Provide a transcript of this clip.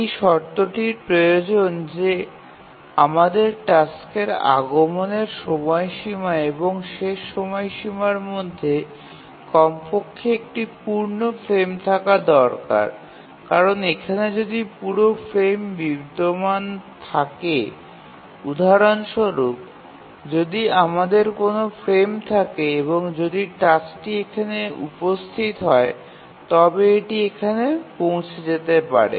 এই শর্তটির প্রয়োজন যে আমাদের টাস্কের আগমনের সময়সীমা এবং শেষ সময়সীমার মধ্যে কমপক্ষে একটি পূর্ণ ফ্রেম থাকা দরকার কারণ এখানে যদি পুরো ফ্রেম বিদ্যমান থাকে উদাহরণস্বরূপ যদি আমাদের কোনও ফ্রেম থাকে এবং যদি টাস্কটি এখানে উপস্থিত হয় তবে এটি এখানে পৌঁছে যেতে পারে